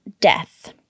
Death